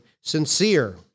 sincere